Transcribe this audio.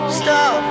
stop